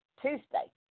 Tuesday